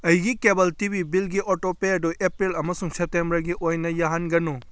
ꯑꯩꯒꯤ cable T V ꯕꯤꯜꯒꯤ ꯑꯣꯇꯣꯄꯦ ꯑꯗꯨ ꯑꯦꯄ꯭ꯔꯤꯜ ꯑꯃꯁꯨꯡ ꯁꯦꯞꯇꯦꯝꯕꯔꯒꯤ ꯑꯣꯏꯅ ꯌꯥꯍꯟꯒꯅꯨ